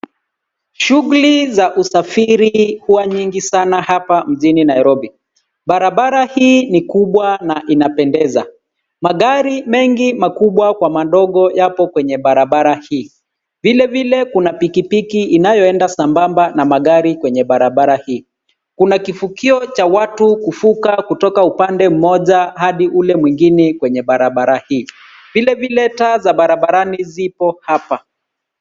Shughuli za usafiri huwa nyingi sana hapa mjini Nairobi. Barabara hii ni kubwa na inapendeza. Magari mengi makubwa kwa madogo yapo kwenye barabara hii. Vilevile kuna pikipiki inayoenda sambamba na magari kwenye barabara hii. Kuna kivukio cha watu kuvuka kutoka upande mmoja hadi ule mwingine kwenye barabara hii. Vilevile taa za barabarani zipo hapa.